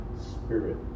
spirit